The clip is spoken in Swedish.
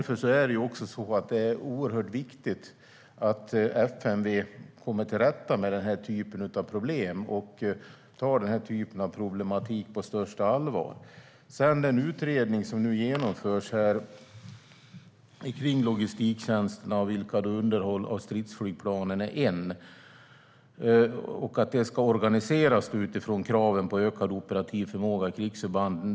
Det är oerhört viktigt att FMV kommer till rätta med den här typen av problem och tar dem på största allvar. Det genomförs nu en utredning av logistiktjänsterna, där underhållet av stridsflygplanen ingår. Detta ska organiseras utifrån kraven på ökad operativ förmåga i krigsförbanden.